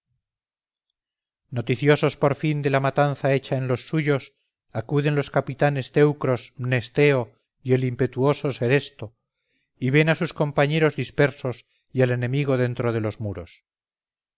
noticiosos por fin de la matanza hecha en los suyos acuden los capitanes teucros mnesteo y el impetuoso seresto y ven a sus compañeros dispersos y al enemigo dentro de los muros